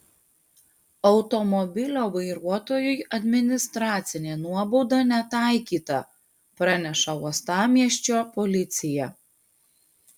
automobilio vairuotojui administracinė nuobauda netaikyta praneša uostamiesčio policija